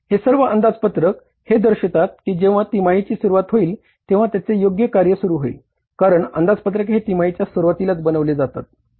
हे सर्व अंदाजपत्रक हे दर्शवतात की जेंव्हा तिमाहीची सुरुवात होईल तेंव्हा त्यांचे योग्य कार्य सुरू होईल कारण अंदाजपत्रक हे तिमाहीच्या सुरुवातीलाच बनविले जातात